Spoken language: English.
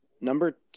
number